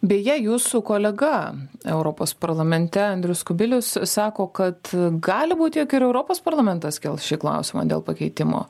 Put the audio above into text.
beje jūsų kolega europos parlamente andrius kubilius sako kad gali būti jog ir europos parlamentas kels šį klausimą dėl pakeitimo